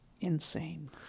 insane